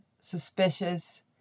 suspicious